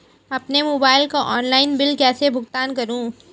अपने मोबाइल का online bill कैसे भुगतान करूं?